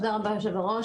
תודה רבה יושב-הראש.